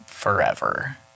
forever